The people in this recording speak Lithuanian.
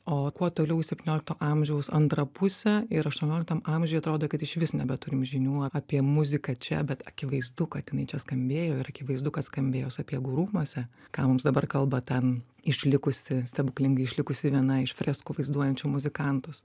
o kuo toliau į septyniolikto amžiaus antrą pusę ir aštuonioliktam amžiui atrodo kad išvis nebeturim žinių apie muziką čia bet akivaizdu kad jinai čia skambėjo ir akivaizdu kad skambėjo sapiegų rūmuose ką mums dabar kalba ten išlikusi stebuklingai išlikusi viena iš freskų vaizduojančių muzikantus